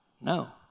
no